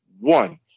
one